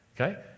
Okay